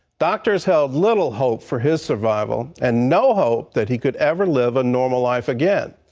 doctors held little hope for his survival and no hope that he could ever live a normal life again.